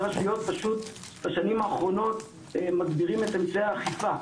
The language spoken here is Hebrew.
רשויות פשוט בשנים האחרונות מגבירים את אמצעי האכיפה,